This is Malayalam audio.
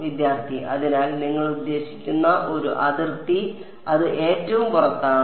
വിദ്യാർത്ഥി അതിനാൽ നിങ്ങൾ ഉദ്ദേശിക്കുന്ന ഒരു അതിർത്തി അത് ഏറ്റവും പുറത്താണ്